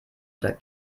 oder